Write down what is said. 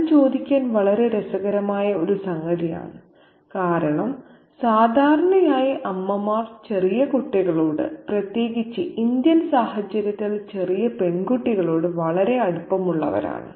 അത് ചോദിക്കാൻ വളരെ രസകരമായ ഒരു സംഗതിയാണ് കാരണം സാധാരണയായി അമ്മമാർ ചെറിയ കുട്ടികളോട് പ്രത്യേകിച്ച് ഇന്ത്യൻ സാഹചര്യത്തിൽ ചെറിയ പെൺകുട്ടികളോട് വളരെ അടുപ്പമുള്ളവരാണ്